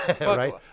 right